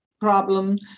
problem